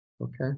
Okay